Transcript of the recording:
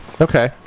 okay